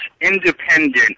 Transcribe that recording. independent